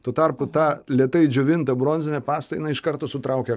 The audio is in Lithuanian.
tuo tarpu tą lėtai džiovinta bronzinė pasta jinai iš karto sutraukia